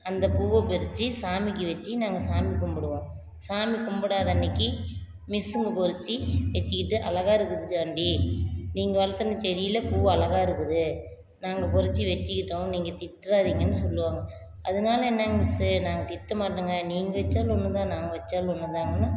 அந்த பூவை பறித்து சாமிக்கு வைச்சி நாங்கள் சாமி கும்பிடுவோம் சாமி கும்பிடாத அன்னைக்கி மிஸ்ஸுங்க பறித்து வைச்சிக்கிட்டு அழகா இருக்குது செவ்வந்தி நீங்கள் வளத்துன செடியில் பூ அழகா இருக்குது நாங்கள் பறித்து வைச்சிக்கிட்டோம் நீங்கள் திட்டிறாதீங்கன்னு சொல்வாங்க அதனால என்னங்க மிஸ்ஸு நாங்கள் திட்டமாட்டோங்க நீங்கள் வைச்சாலும் ஒன்று தான் நாங்கள் வைச்சாலும் ஒன்றுதாங்கன்னு